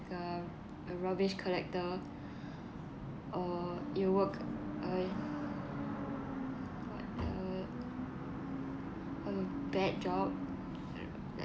a a rubbish collector or you work uh what uh a bad job